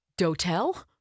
dotel